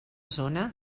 zona